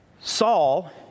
Saul